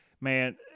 man